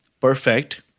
perfect